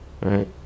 Right